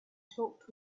talked